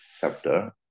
chapter